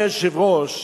אדוני היושב-ראש,